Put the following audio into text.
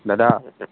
দাদা আছে